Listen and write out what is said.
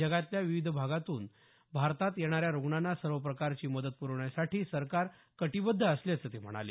जगातल्या विविध भागातून भारतात येणाऱ्या रुग्णांना सर्व प्रकारची मदत प्रवण्यासाठी सरकार कटिबद्ध असल्याचं ते म्हणाले